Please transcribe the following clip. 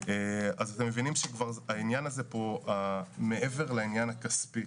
אתם מבינים שהעניין הזה פה הוא כבר מעבר לעניין הכספי.